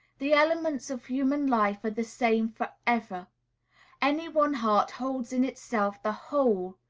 the elements of human life are the same for ever any one heart holds in itself the whole,